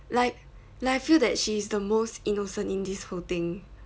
like like I feel that she's the most innocent in this whole thing